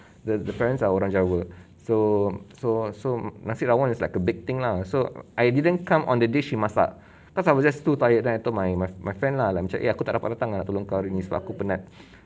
the parents are orang jawa so so so nasi rawon is like a big thing lah so I didn't come on the day she masak cause I was just too tired then I told my my my friend lah like macam eh aku tak dapat datang ah tolong kau hari ini sebab aku penat